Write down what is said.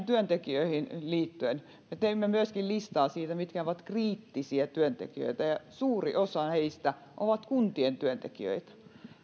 työntekijöihin liittyen me teemme myöskin listaa siitä ketkä ovat kriittisiä työntekijöitä suuri osa heistä on kuntien työntekijöitä